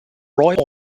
royal